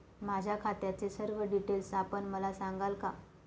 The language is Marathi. माझ्या खात्याचे सर्व डिटेल्स आपण मला सांगाल का?